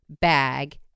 bag